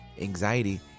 anxiety